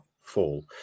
fall